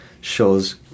shows